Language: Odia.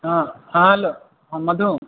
ହଁ ହଁ ହ୍ୟାଲୋ ହଁ ମଧୁ